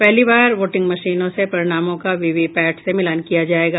पहली बार वोटिंग मशीनों से परिणामों का वीवीपैट से मिलान किया जायेगा